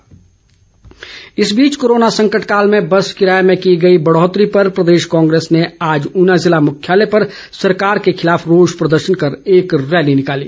विरोध किराया इस बीच कोरोना संकट काल में बस किराए में की गई बढ़ौतरी पर प्रदेश कांग्रेस ने आज ऊना ज़िला मुख्यालय पर सरकार के खिलाफ रोष प्रदर्शन कर एक रैली निकाली